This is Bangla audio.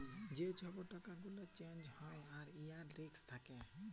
যে ছব টাকা গুলা চ্যাঞ্জ হ্যয় আর উয়ার রিস্ক থ্যাকে